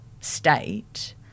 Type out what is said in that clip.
state